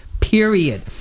period